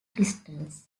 crystals